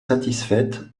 satisfaite